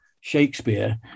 Shakespeare